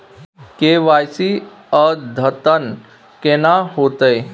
KYC अद्यतन केना होतै?